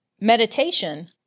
Meditation